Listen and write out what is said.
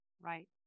Right